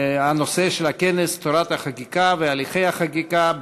הנושא של הכנס: תורת החקיקה והליכי החקיקה,